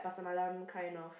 malam kinds of